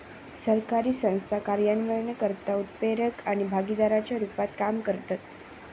असरकारी संस्था कार्यान्वयनकर्ता, उत्प्रेरक आणि भागीदाराच्या रुपात काम करतत